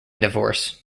divorce